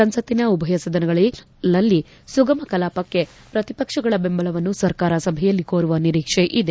ಸಂಸತ್ತಿನ ಉಭಯ ಸದನಗಳಲ್ಲಿ ಸುಗಮ ಕಲಾಪಕ್ಕೆ ಪ್ರತಿಪಕ್ಷಗಳ ಬೆಂಬಲವನ್ನು ಸರ್ಕಾರ ಸಭೆಯಲ್ಲಿ ಕೋರುವ ನಿರೀಕ್ಷೆ ಇದೆ